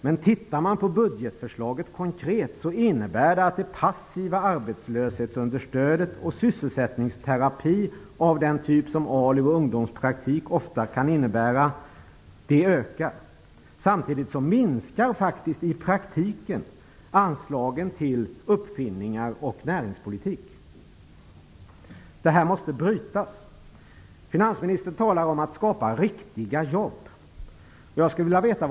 Men om man ser på budgetsförslaget finner man att det konkret innebär att det passiva arbetslöshetsunderstödet och den passiva sysselsättningsterapin av den typ som ALU och ungdomspraktik ofta innebär ökar. Samtidigt minskar i praktiken anslagen till uppfinningar och näringspolitik. Den trenden måste brytas. Finansministern talar om att regeringen vill skapa ''riktiga jobb''.